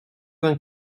vingt